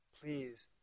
Please